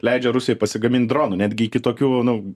leidžia rusijai pasigamint dronų netgi iki tokių nu